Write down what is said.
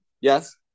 Yes